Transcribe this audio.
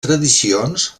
tradicions